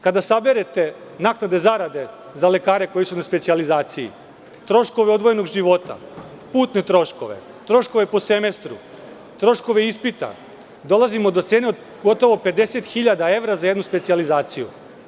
Kada saberete naknade zarade za lekare koji su na specijalizaciji troškove odvojenog života, putne troškove, troškove po semestru, troškove ispita, dolazimo do cene od gotovo 50.000 evra za jednu specijalizaciju.